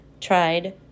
tried